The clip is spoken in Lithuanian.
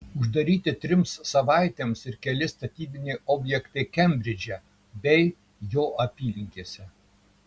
uždaryti trims savaitėms ir keli statybiniai objektai kembridže bei jo apylinkėse